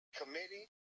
committee